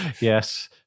Yes